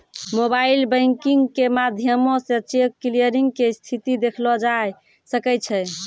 mobile banking के माध्यमो से चेक क्लियरिंग के स्थिति देखलो जाय सकै छै